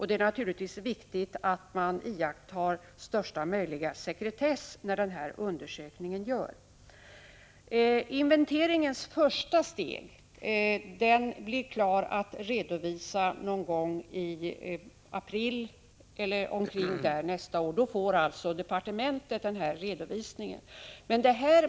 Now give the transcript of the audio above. Det är naturligtvis viktigt att man iakttar största möjliga sekretess när denna undersökning görs. Inventeringens första steg blir klar att redovisa omkring april månad nästa år, då departementet får denna redovisning.